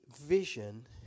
vision